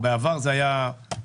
או בעבר זה היה אחרת,